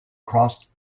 cross